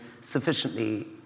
sufficiently